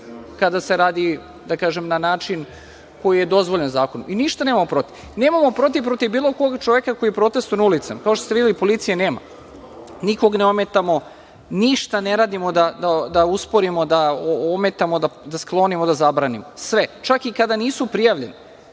kada se radi na način koji je dozvoljen zakonom. Ništa nemamo protiv. Nemamo protiv protiv bilo kog čoveka koji protestvuje na ulicama. Kao što ste videli policije nema. Nikoga ne ometamo. Ništa ne radimo da usporimo, da ometamo, da sklonimo, da zabranimo. Sve, čak i kada nisu prijavljeni,